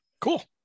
cool